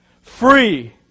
Free